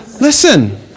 listen